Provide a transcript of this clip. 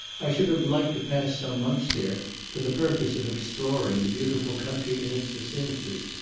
i should have liked to pass some months there for the purpose of exploring the beautiful country in its vicinity.